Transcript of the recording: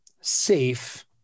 safe